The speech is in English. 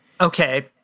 Okay